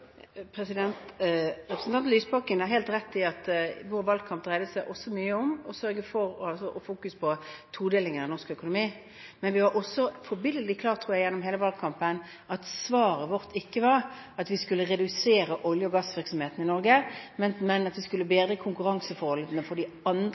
Representanten Lysbakken har helt rett i at vår valgkamp dreide seg også mye om å fokusere på todelingen i norsk økonomi. Men vi var også forbilledlig klare på, tror jeg, gjennom hele valgkampen, at svaret vårt ikke var at vi skulle redusere olje- og gassvirksomheten i Norge, men at vi skulle bedre konkurranseforholdene for de andre